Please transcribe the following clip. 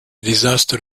disasters